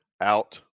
out